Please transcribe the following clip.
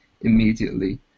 immediately